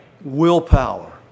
willpower